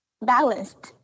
balanced